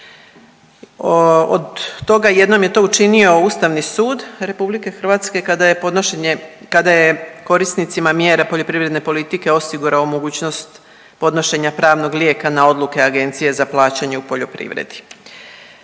Od toga jednom je to učinio Ustavni sud Republike Hrvatske kada je podnošenje, kada je korisnicima mjere poljoprivredne politike osigurao mogućnost podnošenja pravnog lijeka na odluke Agencije za plaćanje u poljoprivredi.